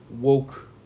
woke